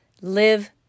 live